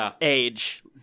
age